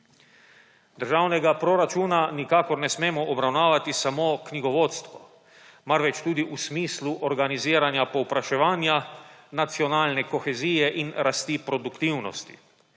Državnega proračuna nikakor ne smemo obravnavati samo knjigovodsko, marveč tudi v smislu organiziranja povpraševanja, nacionalne kohezije in rasti produktivnosti.